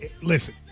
Listen